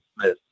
Smith